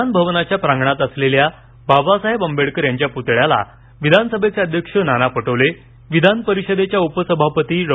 विधान भवनाच्या प्रांगणात असलेल्या बाबासाहेब आंबेडकर यांच्या प्तळ्यास विधानसभेचे अध्यक्ष नाना पटोले विधानपरिषदेच्या उपसभापती डॉ